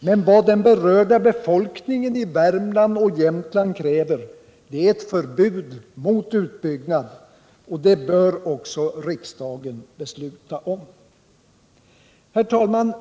Men vad den berörda befolkningen i Värmland och Jämtland kräver är ett förbud mot utbyggnad. Det bör också riksdagen besluta om. Herr talman!